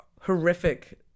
horrific